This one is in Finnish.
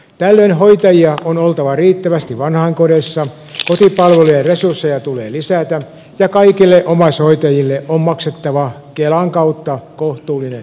tällöin hoitajia on oltava riittävästi vanhainkodeissa kotipalvelujen resursseja tulee lisätä ja kaikille omaishoitajille on maksettava kelan kautta kohtuullinen korvaus